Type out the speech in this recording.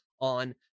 on